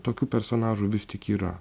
tokių personažų vis tik yra